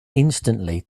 insistently